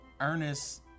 Ernest